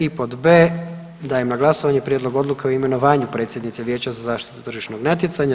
I pod B) dajem na glasovanje Prijedlog odluke o imenovanju predsjednice Vijeća za zaštitu tržišnog natjecanja.